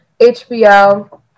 HBO